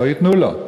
לא ייתנו לו.